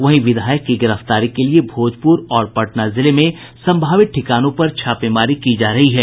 वहीं विधायक की गिरफ्तारी के लिए भोजपुर और पटना जिले में संभावित ठिकानों पर छापेमारी की जा रही है